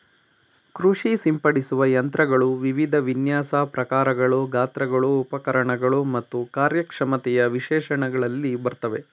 ಕೃಷಿ ಸಿಂಪಡಿಸುವ ಯಂತ್ರಗಳು ವಿವಿಧ ವಿನ್ಯಾಸ ಪ್ರಕಾರಗಳು ಗಾತ್ರಗಳು ಉಪಕರಣಗಳು ಮತ್ತು ಕಾರ್ಯಕ್ಷಮತೆಯ ವಿಶೇಷಣಗಳಲ್ಲಿ ಬರ್ತವೆ